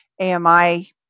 AMI